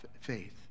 faith